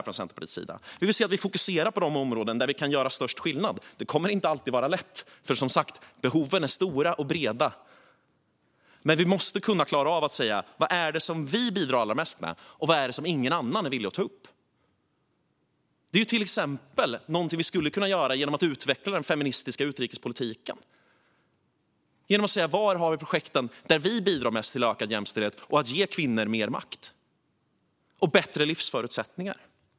Från Centerpartiets sida vill vi fokusera på de områden där vi kan göra störst skillnad. Det kommer inte alltid att vara lätt. Som sagt: Behoven är stora och breda. Men vi måste kunna säga vad det är som vi bidrar allra mest med och vad det är som ingen annan är villig att ta upp. Det är till exempel något vi skulle kunna göra genom att utveckla den feministiska utrikespolitiken. Var har vi de projekt där vi bidrar mest till ökad jämställdhet och till att ge kvinnor mer makt och bättre livsförutsättningar?